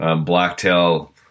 blacktail